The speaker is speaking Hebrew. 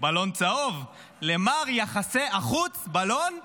בלון צהוב, למר יחסי החוץ בלון סגול,